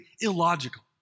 illogical